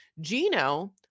Gino